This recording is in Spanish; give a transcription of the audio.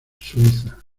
suiza